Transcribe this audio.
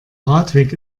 radweg